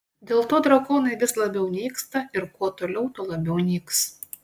dėl to drakonai vis labiau nyksta ir kuo toliau tuo labiau nyks